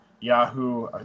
Yahoo